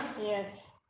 Yes